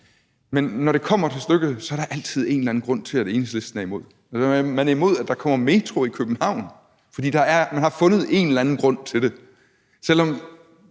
men når det kommer til stykket, er der altid en eller anden grund til, at Enhedslisten er imod. Man er imod, at der kommer metro i København, fordi man har fundet en eller anden grund til det,